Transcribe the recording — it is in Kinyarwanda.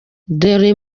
dore